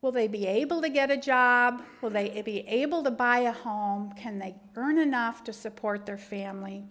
will they be able to get a job will they be able to buy a home can they earn enough to support their family